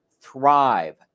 Thrive